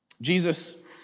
Jesus